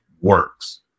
works